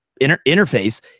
interface